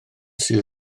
sydd